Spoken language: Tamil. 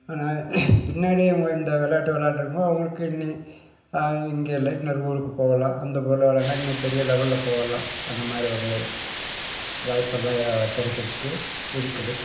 ஆனால் பின்னாடி அவங்க இந்த விளையாட்டு விளையாட்ற போது அவங்களுக்குன்னு இங்கே இல்லை இன்னொரு ஊருக்குப் போகலாம் அந்த ஊரில் விளையாண்டா இன்னும் பெரிய லெவலில் போகலாம் அந்தமாதிரி ஒரு வாய்ப்பெல்லாம் கிடைக்கிறதுக்கு இருக்குது